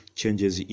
changes